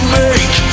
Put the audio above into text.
make